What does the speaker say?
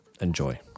Enjoy